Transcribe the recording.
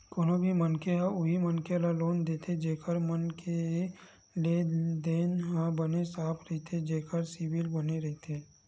कोनो भी मनखे ह उही मनखे ल लोन देथे जेखर मन के लेन देन ह बने साफ रहिथे जेखर सिविल बने रहिथे